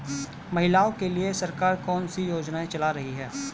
महिलाओं के लिए सरकार कौन सी योजनाएं चला रही है?